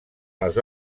les